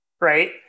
right